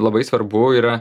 labai svarbu yra